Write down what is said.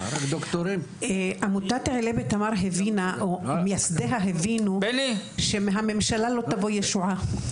מייסדי עמותת אעלה בתמר הבינו שהממשלה לא תבוא ישועה.